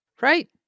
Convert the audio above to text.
Right